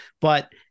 But-